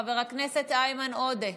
חבר הכנסת איימן עודה,